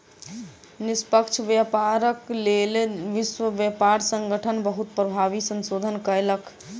निष्पक्ष व्यापारक लेल विश्व व्यापार संगठन बहुत प्रभावी संशोधन कयलक